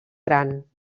gran